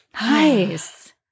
Nice